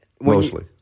mostly